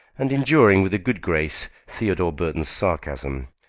and enduring, with a good grace, theodore burton's sarcasm,